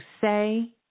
say